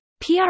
PR